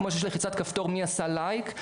כמו שיש בלחיצת כפתור מי עשה לייק,